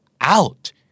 out